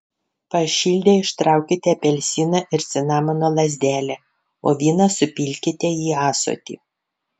pašildę ištraukite apelsiną ir cinamono lazdelę o vyną supilkite į ąsotį